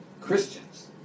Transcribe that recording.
Christians